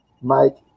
Mike